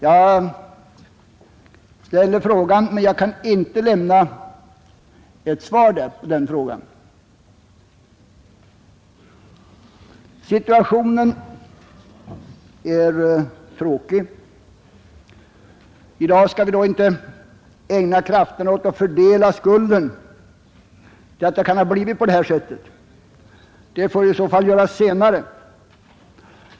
Jag ställer frågan, men jag kan inte lämna ett svar på den. Situationen är tråkig. I dag skall vi inte ägna krafterna åt att fördela skulden till att det kan ha blivit på detta sätt. Det får i så fall göras senare.